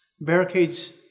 Barricades